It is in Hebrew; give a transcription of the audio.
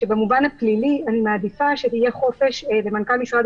שבמובן הפלילי אני מעדיפה שיהיה חופש למנכ"ל משרד